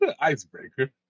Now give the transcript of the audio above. icebreaker